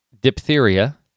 diphtheria